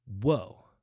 Whoa